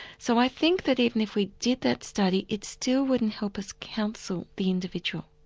so i think that even if we did that study it still wouldn't help us counsel the individual.